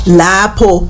lapo